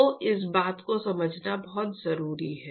तो इस बात को समझना बहुत जरूरी है